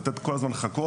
לתת כל הזמן חכות,